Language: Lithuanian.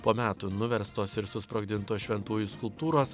po metų nuverstos ir susprogdintos šventųjų skulptūros